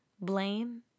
Blame